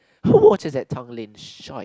who watches that Tanglin